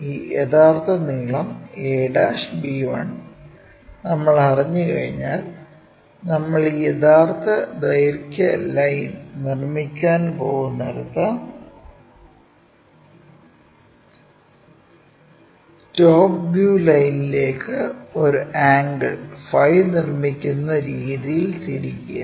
ഈ യഥാർത്ഥ നീളം ab1 നമ്മൾ അറിഞ്ഞുകഴിഞ്ഞാൽ നമ്മൾ ഈ യഥാർത്ഥ ദൈർഘ്യ ലൈൻ നിർമ്മിക്കാൻ പോകുന്നിടത്ത് ടോപ്പ് വ്യൂ ലൈനിലേക്ക് ഒരു ആംഗിൾ ഫൈ നിർമ്മിക്കുന്ന രീതിയിൽ തിരിക്കുക